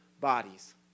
bodies